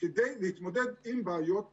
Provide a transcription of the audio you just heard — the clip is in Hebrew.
כדי להתמודד עם בעיות הקורונה.